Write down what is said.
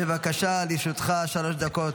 בבקשה, לרשותך שלוש דקות.